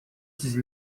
esses